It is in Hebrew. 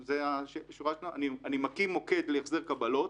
אני מקים מוקד להחזר קבלות,